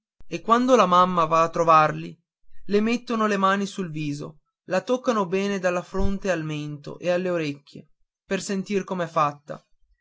e quando la mamma va a trovarli le mettono le mani sul viso la toccano bene dalla fronte al mento e alle orecchie per sentir com'è fatta